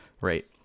right